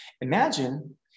Imagine